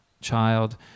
child